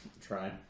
Try